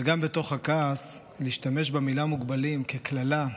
אבל גם בתוך הכעס, להשתמש במילה "מוגבלים" כקללה,